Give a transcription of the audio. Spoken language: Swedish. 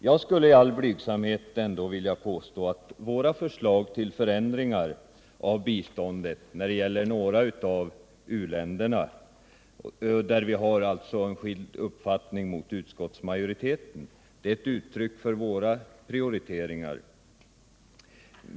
Jag skulle i all blygsamhet ändå vilja påstå att våra förslag till förändringar av biståndet när det gäller några av u-länderna, där alltså vår uppfattning skiljer sig från utskottsmajoritetens, är uttryck för våra prioriteringar.